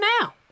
now